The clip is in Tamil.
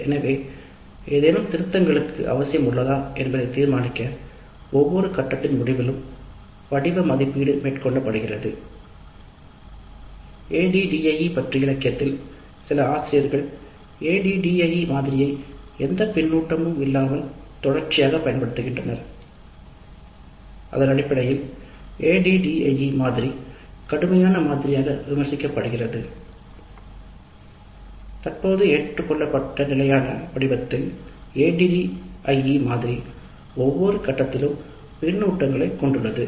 எனவே ஏதேனும் திருத்தங்களுக்கு அவசியம் உள்ளதா என்பதை தீர்மானிக்க ஒவ்வொரு கட்டத்தின் முடிவிலும் வடிவ மதிப்பீடு மேற்கொள்ளப்படுகிறது ADDIE பற்றிய இலக்கியத்தில் சில ஆசிரியர்கள் ADDIE மாதிரியை எந்த பின்னூட்டமும் இல்லாத மாதிரி ஒரு கண்டிப்பான தொடர்ச்சியாகப் பயன்படுத்துவதையும காண்கிறோம்தற்போது ஏற்றுக்கொள்ளப்பட்ட நிலையான வடிவத்தில்ADDIE மாதிரிஒவ்வொரு கட்டத்திலும் பின்னூட்டங்களைக் கொண்டுள்ளது